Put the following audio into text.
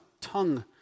tongue